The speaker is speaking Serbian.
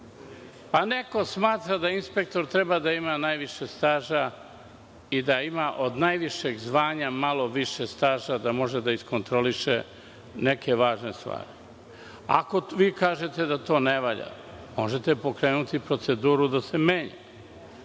pa neko smatra da inspektor treba da ima najviše staža i da ima od najvišeg zvanja malo više staža, da može da iskontroliše neke važne stvari. Ako vi kažete da to ne valja, možete pokrenuti proceduru da se to